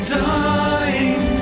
dying